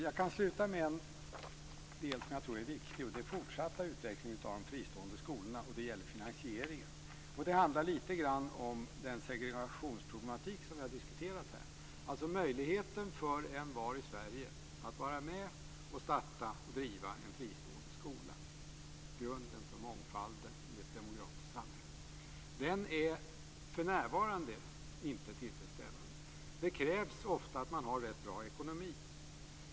Jag avslutar med en del som jag tror är viktig när det gäller den fortsatta utvecklingen av de fristående skolorna. Det gäller finansieringen. Det handlar om den segregationsproblematik som vi har diskuterat här, dvs. möjligheten för envar i Sverige att vara med och starta och driva en fristående skola - grunden för mångfalden i ett demokratiskt samhälle. Den är för närvarande inte tillfredsställande. Det krävs ofta att man har rätt bra ekonomi.